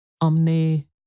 Omne